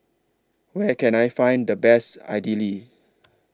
Where Can I Find The Best Idili